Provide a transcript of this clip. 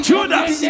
Judas